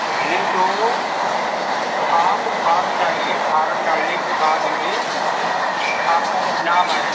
पहले तो आप फारम डालिए फारम डालने के बाद में आपका नाम आएगा